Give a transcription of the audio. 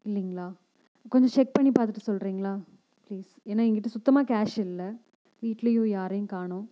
இல்லைங்களா கொஞ்சம் செக் பண்ணி பார்த்துட்டு சொல்கிறீங்களா ப்ளீஸ் ஏன்னா எங்கிட்டே சுத்தமாக கேஷ் இல்லை வீட்லேயும் யாரையும் காணோம்